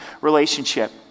relationship